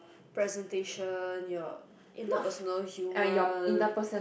presentation your interpersonal humor